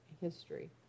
history